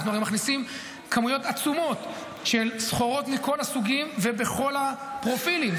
אנחנו הרי מכניסים כמויות עצומות של סחורות מכל הסוגים ובכל הפרופילים.